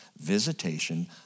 visitation